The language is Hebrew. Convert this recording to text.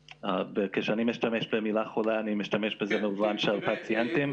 כשאני משתמש במילה "חולה" אני משתמש בזה במובן פציינטים.